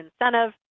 incentive